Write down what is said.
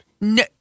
No